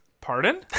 Pardon